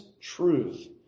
truth